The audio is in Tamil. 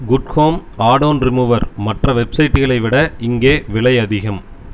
குட் ஹோம் ஆடோன் ரிமூவர் மற்ற வெப்சைட்களை விட இங்கே விலை அதிகம்